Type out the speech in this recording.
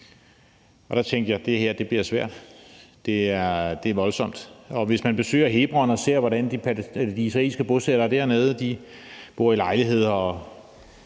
Der tænkte jeg, at det her bliver svært, det er voldsomt, og hvis man besøger Hebron, kan man se, hvordan de israelske bosættere, der bor i lejligheder